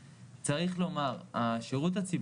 רציתי להגיד שאם נערב גם את השלטון המקומי,